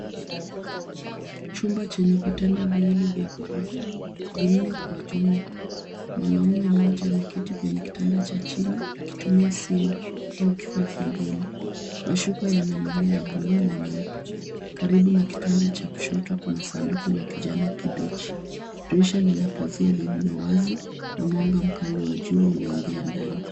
Chumba chenye vitanda viwili vya ghorofa; vinne kwa jumla. Mwanamume mmoja ameketi kwenye kitanda cha chini, akitumia simu au kifaa kingine. Mashuka yana milia ya bluu na nyeupe. Karibu na kitanda cha kushoto kuna sanduku la kijani kibichi. Dirisha lina pazia lililowazi na mwanga mkali wa jua unaingia ndani.